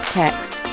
text